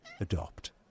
adopt